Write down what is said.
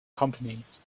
companies